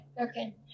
okay